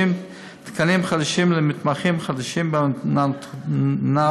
תקנים חדשים למתמחים חדשים בנאונטולוגיה.